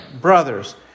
brothers